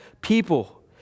people